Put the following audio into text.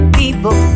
people